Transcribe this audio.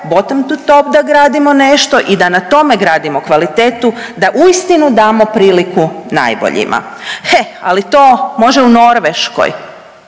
bottom to top da gradimo nešto i da na tome gradimo kvalitetu, da uistinu damo priliku najboljima. He, ali to može u Norveškoj,